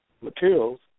materials